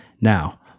Now